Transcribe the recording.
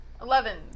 Eleven